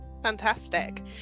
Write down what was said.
fantastic